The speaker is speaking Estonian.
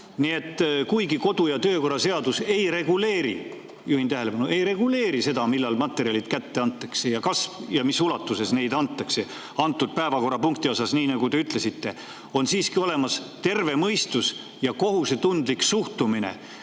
Kuigi kodu‑ ja töökorra seadus ei reguleeri – juhin tähelepanu: ei reguleeri seda! –, millal materjalid kätte antakse ning kas ja mis ulatuses neid antakse antud päevakorrapunkti kohta, nii nagu te ka ütlesite, on siiski olemas terve mõistus ja kohusetundlik suhtumine,